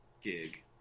gig